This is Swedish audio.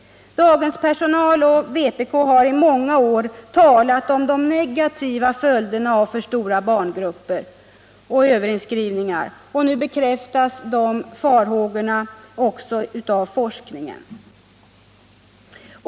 Daghemspersonalen och vpk har i många år talat om de negativa följderna av för stora barngrupper och överinskrivningar, och nu bekräftas dessa farhågor av forskningen.